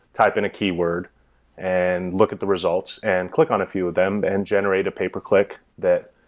type in a keyword and look at the results and click on a few of them and generate a pay-per-click that,